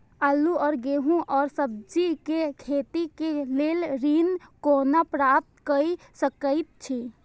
आलू और गेहूं और सब्जी के खेती के लेल ऋण कोना प्राप्त कय सकेत छी?